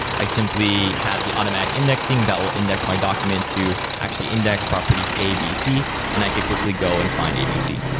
i simply have the automatic indexing that will index my document to actually index properties abc and i could quickly go and find abc.